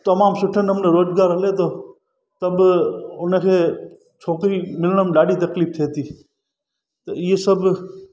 तमामु सुठे नमूने रोज़गार हले थो त बि हुनखे छोकिरी मिलण में ॾाढी तकलीफ़ थिए थी त इहा सभु